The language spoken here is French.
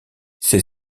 ces